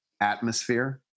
atmosphere